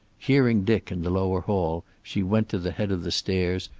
hearing dick in the lower hall, she went to the head of the stairs,